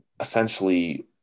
essentially